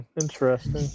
interesting